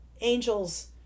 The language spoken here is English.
angels